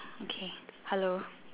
okay hello